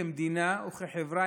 כמדינה וכחברה,